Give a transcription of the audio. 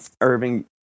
Irving